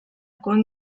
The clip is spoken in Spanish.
con